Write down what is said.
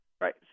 Right